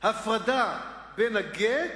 הפרדה בין הגט